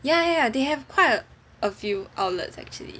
ya ya ya they have quite a few outlets actually